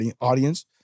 audience